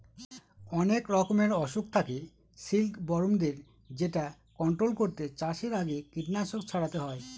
অনেক রকমের অসুখ থাকে সিল্কবরমদের যেটা কন্ট্রোল করতে চাষের আগে কীটনাশক ছড়াতে হয়